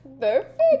Perfect